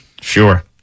Sure